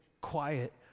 quiet